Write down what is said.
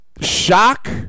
shock